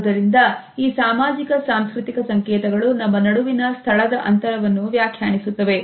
ಆದುದರಿಂದ ಈ ಸಾಮಾಜಿಕ ಸಾಂಸ್ಕೃತಿಕ ಸಂಕೇತಗಳು ನಮ್ಮ ನಡುವಿನ ಸ್ಥಳದ ಅಂತರವನ್ನು ವ್ಯಾಖ್ಯಾನಿಸುತ್ತವೆ